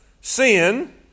sin